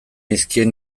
nizkien